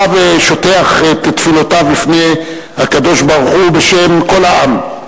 בא ושוטח את תפילותיו בפני הקדוש-ברוך-הוא בשם כל העם.